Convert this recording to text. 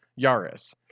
Yaris